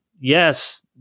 yes